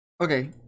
Okay